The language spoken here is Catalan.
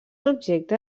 objecte